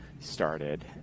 started